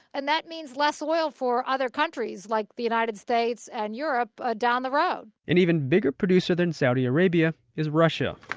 and that means less oil for other countries, like the united states and europe ah down the road an and even bigger producer than saudi arabia is russia.